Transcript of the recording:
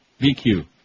VQ